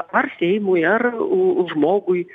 ar seimui ar žmogui